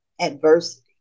adversity